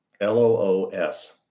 L-O-O-S